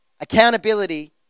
Accountability